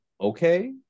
okay